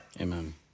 Amen